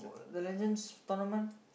the Legends tournament